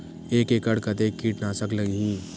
एक एकड़ कतेक किट नाशक लगही?